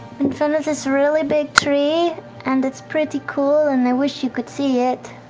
in front of this really big tree and it's pretty cool and i wish you could see it.